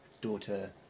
daughter